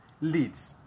leads